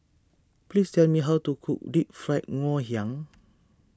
please tell me how to cook Deep Fried Ngoh Hiang